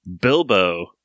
bilbo